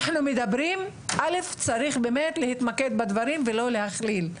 צריך להתמקד בדברים, לא להכליל.